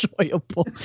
enjoyable